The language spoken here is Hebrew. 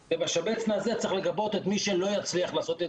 ובשבץ נא הזה צריך לגבות את מי שלא יצליח לעשות את